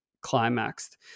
climaxed